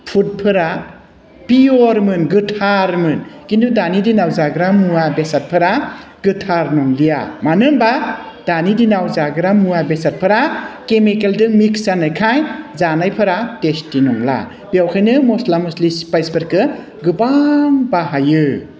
फुडफोरा पिय'रमोन गोथारमोन किन्तु दानि दिनाव जाग्रा मुवा बेसादफोरा गोथार नंलिया मानो होनबा दानि दिनाव जाग्रा मुवा बेसादफोरा केमिकेलजों मिक्स जानायखाय जानायफोरा टेस्टि नंला बेखायनो मस्ला मस्लि स्पाइसफोरखौ गोबां बाहायो